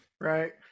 right